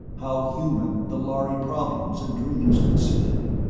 how human the lhari problems and dreams could seem.